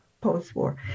Post-war